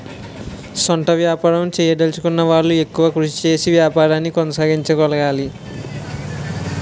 సొంత వ్యాపారం చేయదలచుకున్న వాళ్లు ఎక్కువ కృషి చేసి వ్యాపారాన్ని కొనసాగించగలగాలి